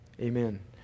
Amen